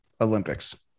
Olympics